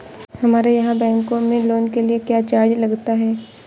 हमारे यहाँ बैंकों में लोन के लिए क्या चार्ज लगता है?